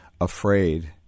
afraid